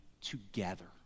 together